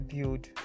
build